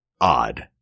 odd